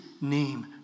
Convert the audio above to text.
name